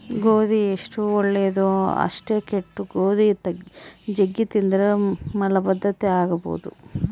ಗೋಧಿ ಎಷ್ಟು ಒಳ್ಳೆದೊ ಅಷ್ಟೇ ಕೆಟ್ದು, ಗೋಧಿ ಜಗ್ಗಿ ತಿಂದ್ರ ಮಲಬದ್ಧತೆ ಆಗಬೊದು